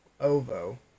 Ovo